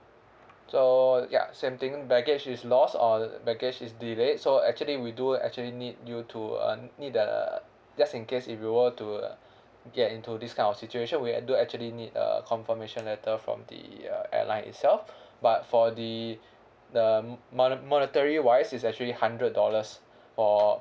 so ya same thing baggage is lost or baggage is delayed so actually we do actually need you to uh need uh just in case if you were to get into this kind of situation we do actually need uh confirmation letter from the uh airline itself but for the the monitory wise is actually hundred dollars for